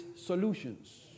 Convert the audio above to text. solutions